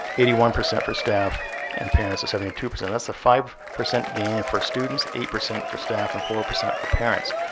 eighty one percent for staff, and parents seventy two. that's a five percent gain for students, eight percent for staff, and four percent for parents.